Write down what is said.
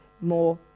more